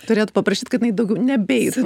turėjot paprašyt kad jinai daugiau nebeeitų